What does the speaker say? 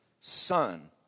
son